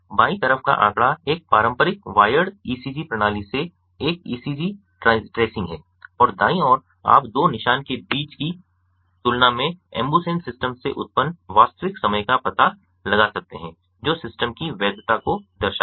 बाईं तरफ का आंकड़ा एक पारंपरिक वायर्ड ईसीजी प्रणाली से एक ईसीजी ट्रेसिंग है और दाईं ओर आप दो निशान के बीच की तुलना में अम्बुसेन सिस्टम से उत्पन्न वास्तविक समय का पता लगा सकते हैं जो सिस्टम की वैधता को दर्शाता है